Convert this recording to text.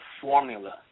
formula